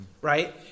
right